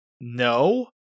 no